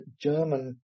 German